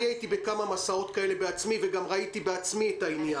הייתי בכמה מסעות כאלה בעצמי וגם ראיתי את העניין,